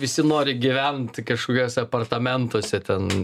visi nori gyvent kažkokiuose apartamentuose ten